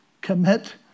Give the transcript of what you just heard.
commit